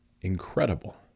incredible